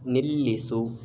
ನಿಲ್ಲಿಸು